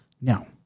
Now